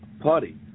party